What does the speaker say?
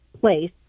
place